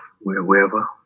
wherever